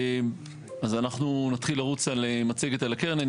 אנחנו נתחיל לרוץ על מצגת על הקרן.